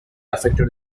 affected